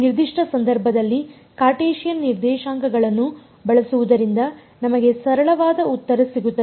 ಈ ನಿರ್ದಿಷ್ಟ ಸಂದರ್ಭದಲ್ಲಿ ಕಾರ್ಟೇಶಿಯನ್ ನಿರ್ದೇಶಾಂಕಗಳನ್ನು ಬಳಸುವುದರಿಂದ ನಮಗೆ ಸರಳವಾದ ಉತ್ತರ ಸಿಗುತ್ತದೆ